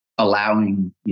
allowing